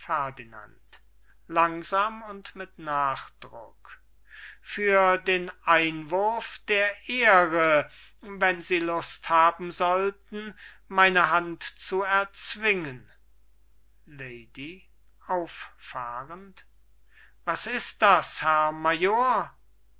für den einwurf der ehre wenn sie lust haben sollten meine hand zu erzwingen lady auffahrend was ist das herr major